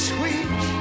Sweet